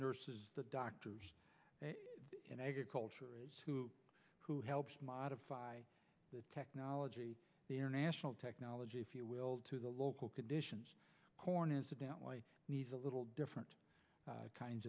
nurses the doctors culture is who who helps modify the technology or national technology if you will to the local conditions corn incidentally needs a little different kinds